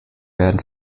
werden